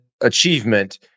achievement